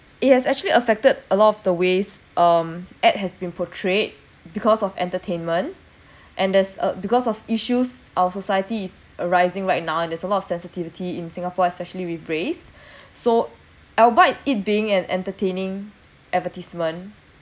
it has actually affected a lot of the ways um ad has been portrayed because of entertainment and there's a because of issues our societies is rising right now and there's a lot of sensitivity in singapore especially with race so albeit it being an entertaining advertisement